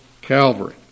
Calvary